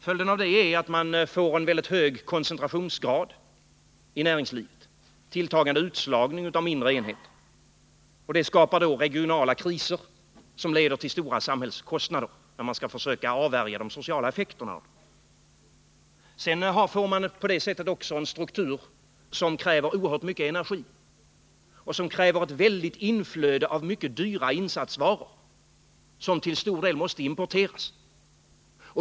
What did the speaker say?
Följden härav är att man får en mycket hög koncentrationsgrad i näringslivet och tilltagande utslagning av mindre enheter. Det skapar regionala kriser och leder till stora samhällskostnader när man skall försöka avvärja de sociala effekterna. På det sättet får man också en struktur som kräver oerhört mycket energi och som kräver ett väldigt inflöde av mycket dyra insatsvaror, som till stor del måste importeras.